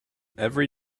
every